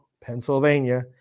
Pennsylvania